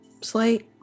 Slate